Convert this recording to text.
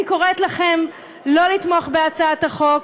אני קוראת לכם שלא לתמוך בהצעת החוק.